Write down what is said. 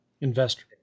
Investor